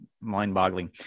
mind-boggling